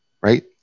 right